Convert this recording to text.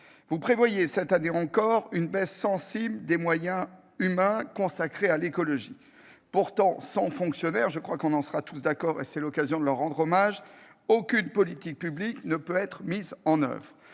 Vous prévoyez, cette année encore, une baisse sensible des moyens humains consacrés à l'écologie. Pourtant, sans fonctionnaires- je crois que nous en serons tous d'accord, et c'est l'occasion de leur rendre hommage -, aucune politique publique ne peut être mise en oeuvre.